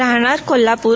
राहणार कोल्हापूर